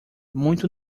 muito